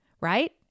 right